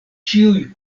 ĉiuj